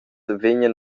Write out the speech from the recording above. vegnan